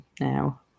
now